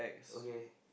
okay